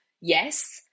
Yes